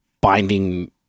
binding